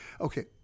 okay